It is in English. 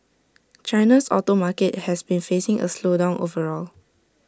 China's auto market has been facing A slowdown overall